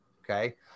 Okay